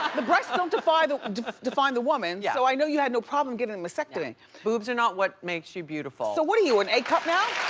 the breasts don't define the um define the woman. yeah so i know you had no problem getting a mastectomy boobs are not what makes you beautiful. so what are you, an a cup now?